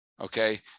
Okay